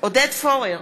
עודד פורר,